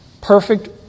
Perfect